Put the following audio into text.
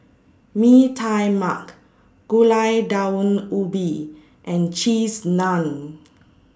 Mee Tai Mak Gulai Daun Ubi and Cheese Naan